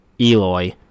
Eloy